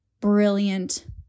brilliant